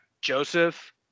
Joseph